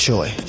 Joy